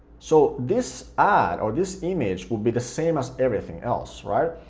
so this ad or this image will be the same as everything else, right?